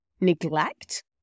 neglect